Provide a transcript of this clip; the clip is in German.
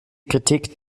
kritik